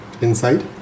inside